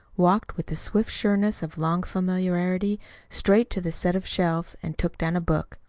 walked with the swift sureness of long familiarity straight to the set of shelves and took down a book.